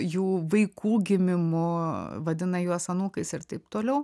jų vaikų gimimu vadina juos anūkais ir taip toliau